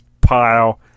pile